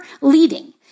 leading